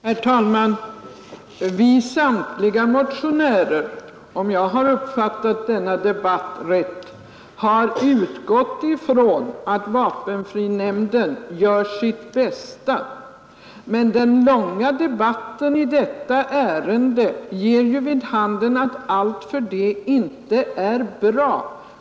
Herr talman! Vi samtliga motionärer har, om jag uppfattat denna debatt rätt, utgått ifrån att vapenfrinämnden gör sitt bästa, men den långa debatten i detta ärende ger ju vid handen att allt trots det inte är bra.